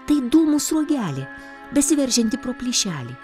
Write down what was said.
tai dūmų sruogelė besiveržiantį pro plyšelį